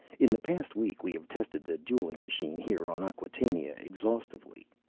in the past week, we have tested the dueling machine here on acquatainia exhaustively.